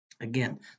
Again